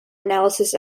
analysis